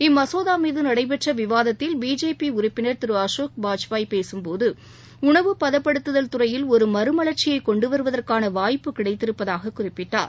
இம்மசோதா மீது நடைபெற்ற விவாதத்தில் உறுப்பினர் திரு அசோக் பாஜ்பாய் பேசும்போது உணவுப் பதப்படுத்துதல் துறையில் ஒரு மறுமலர்ச்சியை கொண்டு வருவதற்கான வாய்ப்பு கிடைத்திருப்பதாக குறிப்பிட்டார்